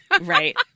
Right